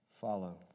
Follow